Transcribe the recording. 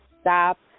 stop